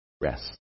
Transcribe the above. Rest